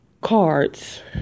cards